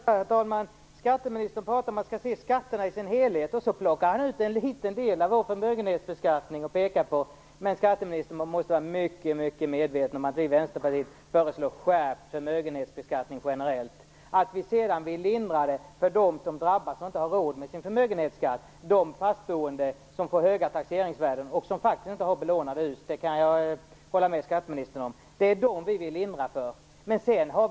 Herr talman! Skatteministern pratar om att man skall se skatterna i dess helhet. Sedan plockar han ut en liten del av Vänsterpartiets förmögenhetsbeskattning och pekar på den. Skatteministern! Man måste vara mycket medveten om att Vänsterpartiet föreslår en generellt skärpt förmögenhetsbeskattning. Däremot vill vi lindra situationen för dem som drabbas hårdast av denna och inte har råd med sin förmögenhetsskatt. Det gäller de fast boende som får höga taxeringsvärden och som faktiskt inte har belånade hus - där kan jag hålla med skatteministern. Det är dessa människor vi vill lindra situationen för.